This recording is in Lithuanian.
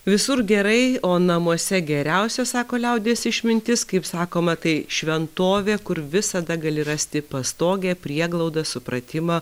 visur gerai o namuose geriausia sako liaudies išmintis kaip sakoma tai šventovė kur visada gali rasti pastogę prieglaudą supratimą